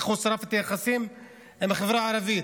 איך הוא שרף את היחסים עם החברה הערבית,